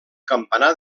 campanar